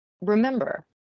remember